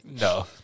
No